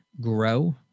grow